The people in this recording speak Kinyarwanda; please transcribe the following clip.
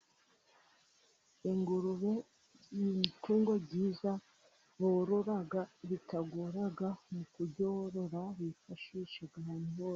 Ingurube ni itungo ryiza borora, bitagora mu kuryorora bifashisha abantu..